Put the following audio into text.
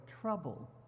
trouble